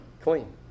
clean